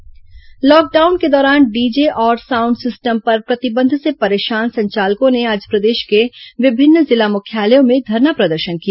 DJ संचालक प्रदर्शन lockdown के दौरान डीजे और साउंड सिस्टम पर प्रतिबंध से परेशान संचालकों ने आज प्रदेश के विभिन्न जिला मुख्यालयों में धरना प्रदर्शन किया